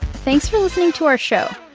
thanks for listening to our show.